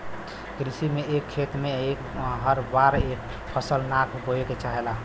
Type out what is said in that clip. कृषि में एक खेत में हर बार एक फसल ना बोये के चाहेला